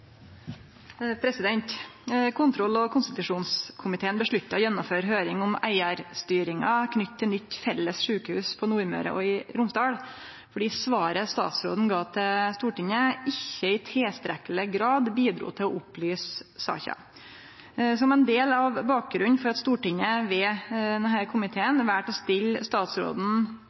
Romsdal fordi svaret statsråden gav til Stortinget, ikkje i tilstrekkeleg grad bidrog til å opplyse saka. Ein del av bakgrunnen for at Stortinget ved denne komiteen valde å stille statsråden